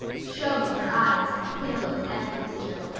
shone in her eyes, kindled in every feature.